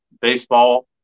baseball